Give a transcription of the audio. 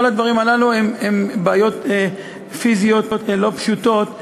כל הדברים הללו הם בעיות פיזיות לא פשוטות,